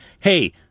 hey